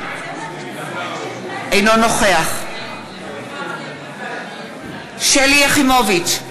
אינו נוכח שלי יחימוביץ,